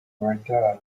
return